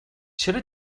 چرا